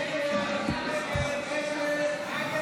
ההצעה